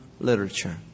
literature